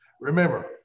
Remember